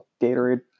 Gatorade